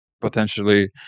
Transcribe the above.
potentially